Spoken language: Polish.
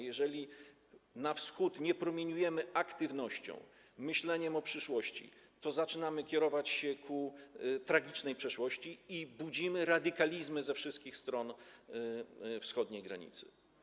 Jeżeli na Wschód nie promieniujemy aktywnością, myśleniem o przyszłości, to zaczynamy kierować się ku tragicznej przeszłości i budzimy radykalizmy ze wszystkich stron wschodniej granicy.